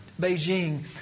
Beijing